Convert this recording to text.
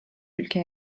ülke